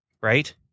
right